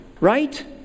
right